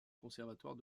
conservatoire